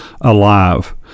alive